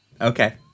Okay